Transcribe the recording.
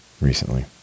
recently